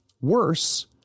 Worse